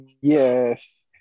Yes